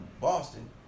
Boston